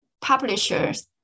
publishers